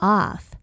off 。